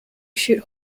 shoot